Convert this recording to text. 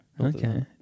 Okay